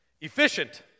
Efficient